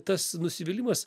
tas nusivylimas